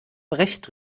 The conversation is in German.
brecht